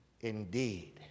indeed